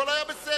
הכול היה בסדר.